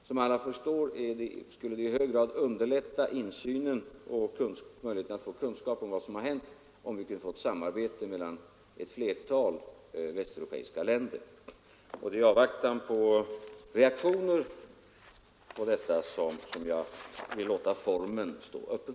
Som alla förstår skulle det i hög grad underlätta insynen och möjligheterna att få kunskap om vad som har hänt, om vi kunde få ett samarbete mellan ett flertal västeuropeiska länder. Det är i avvaktan på reaktioner på detta som jag vill låta formen stå öppen.